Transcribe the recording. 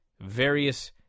various